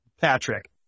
Patrick